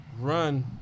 run